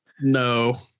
No